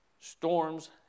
Storms